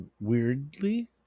weirdly